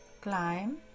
climb